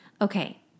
okay